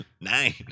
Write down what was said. nine